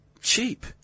cheap